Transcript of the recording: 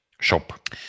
shop